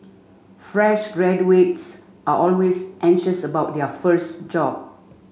fresh graduates are always anxious about their first job